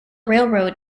railroad